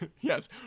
Yes